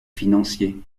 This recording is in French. financier